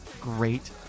great